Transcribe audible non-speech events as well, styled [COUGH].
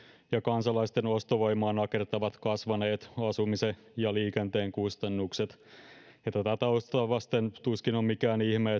ja kansalaisten ostovoimaa nakertavat kasvaneet asumisen ja liikenteen kustannukset tätä taustaa vasten tuskin on mikään ihme [UNINTELLIGIBLE]